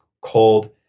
cold